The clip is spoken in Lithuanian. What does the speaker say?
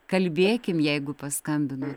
kalbėkim jeigu paskambinot